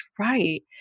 right